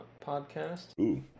podcast